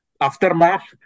aftermath